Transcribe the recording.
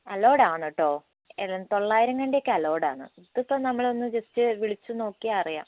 allowed ആണ് കേട്ടൊ തൊള്ളായിരം കണ്ടി ഒക്കെ അലോവിഡ് ആണ് ഇതിപ്പോൾ നമ്മളൊന്ന് ജസ്റ്റ് വിളിച്ച് നോക്കിയാൽ അറിയാം